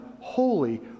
Holy